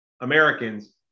Americans